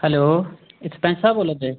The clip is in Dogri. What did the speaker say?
हैलो एह् सरपैंच साह्ब बोल्लै दे